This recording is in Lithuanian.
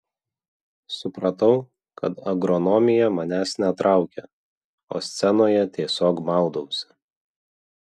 supratau kad agronomija manęs netraukia o scenoje tiesiog maudausi